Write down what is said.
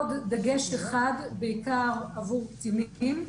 עוד דגש אחד בעיקר עבור קטינים.